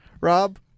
Rob